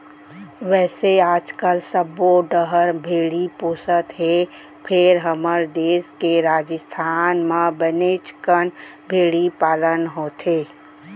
वैसे आजकाल सब्बो डहर भेड़ी पोसत हें फेर हमर देस के राजिस्थान म बनेच कन भेड़ी पालन होथे